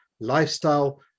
lifestyle